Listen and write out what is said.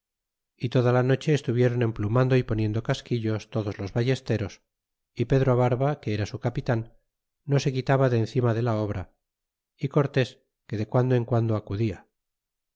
y toda la noche estuvieron emplumando y poniendo casquillos todos los ballesteros y pedro barba que era su capitan no se quitaba de encima de la obra y cortés que de guando en guando acudia